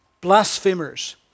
blasphemers